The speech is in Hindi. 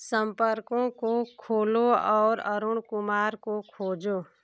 संपर्कों को खोलें और अरुण कुमार को खोजें